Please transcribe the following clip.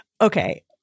Okay